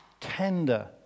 tender